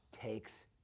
takes